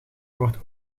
wordt